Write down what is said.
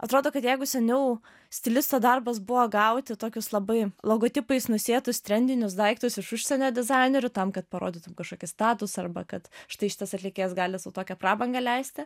atrodo kad jeigu seniau stilisto darbas buvo gauti tokius labai logotipais nusėtus trendinius daiktus iš užsienio dizainerių tam kad parodytum kažkokį statusą arba kad štai šitas atlikėjas gali sau tokią prabangą leisti